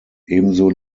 ebenso